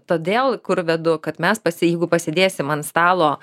todėl kur vedu kad mes pasi jeigu pasėdėsim ant stalo